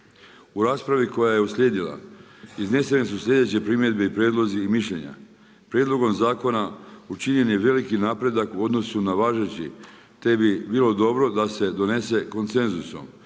U raspravi koja je uslijedila, iznesene su sljedeće primjedbe i prijedlozi i mišljenja. Prijedlogom zakona učinjen je veliki napredak u odnosu na važeći, te bi bilo dobro da se donese koncensusom.